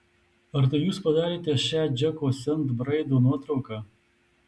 ar tai jūs padarėte šią džeko sent braido nuotrauką